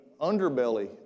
underbelly